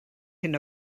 hyn